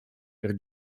per